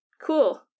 cool